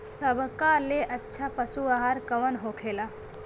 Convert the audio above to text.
सबका ले अच्छा पशु आहार कवन होखेला?